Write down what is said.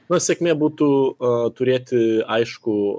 na sėkmė būtų a turėti aiškų